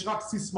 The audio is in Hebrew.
יש רק סיסמאות,